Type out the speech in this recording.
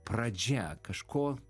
pradžia kažko